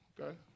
okay